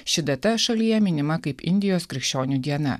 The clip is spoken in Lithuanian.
ši data šalyje minima kaip indijos krikščionių diena